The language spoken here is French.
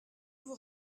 vous